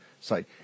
site